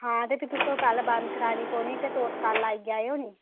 हां ते फ्ही तुसें ओह् पैह्ले बंद करानी पौनी ते तुस कल आई जाओ निं